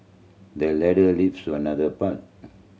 the ladder leaves to another path